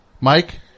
Mike